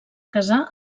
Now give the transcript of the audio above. casar